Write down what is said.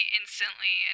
instantly